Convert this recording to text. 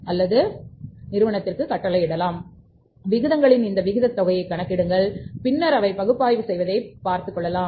ஆனால் நீங்கள் இந்த விகிதங்களின் விகிதத் தொகையைக் கணக்கிடுங்கள் பின்னர் அவற்றை பகுப்பாய்வு செய்வதைப் பார்ப்பார்கள்